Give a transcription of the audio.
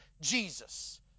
Jesus